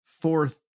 fourth